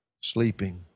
sleeping